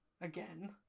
again